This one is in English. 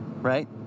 Right